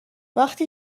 وقتی